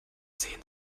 sehen